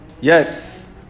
Yes